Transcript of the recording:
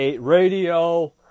Radio